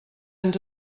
ens